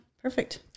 Perfect